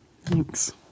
Thanks